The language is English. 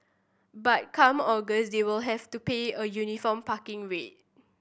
but come August they will have to pay a uniform parking rate